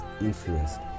influenced